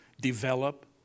develop